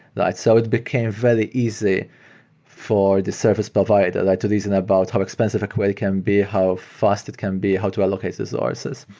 it so it became very easy for the service provider like to reason about how expensive a query can be, how fast it can be, how to allocate resources.